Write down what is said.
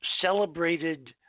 celebrated